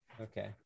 Okay